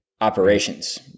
operations